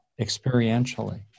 experientially